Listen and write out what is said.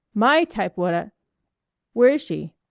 my typewutta where is she?